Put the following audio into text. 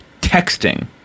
texting